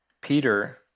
Peter